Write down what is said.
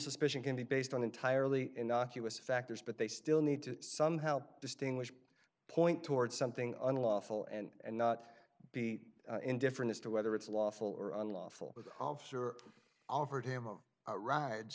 suspicion can be based on entirely innocuous factors but they still need to somehow distinguish point toward something unlawful and not be indifferent as to whether it's lawful or unlawful with officer offered him a ride